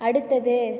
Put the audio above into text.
அடுத்தது